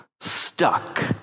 stuck